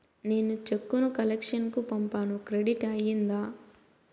నేను చెక్కు ను కలెక్షన్ కు పంపాను క్రెడిట్ అయ్యిందా